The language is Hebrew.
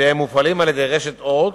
שמופעלים על-ידי רשת "אורט",